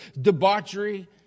debauchery